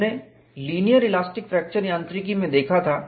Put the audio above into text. हमने linear elastic fracture यांत्रिकी में देखा था